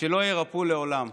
שלא יירפאו לעולם.